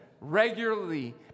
regularly